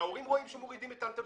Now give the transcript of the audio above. כשההורים רואים שמורידים את האנטנות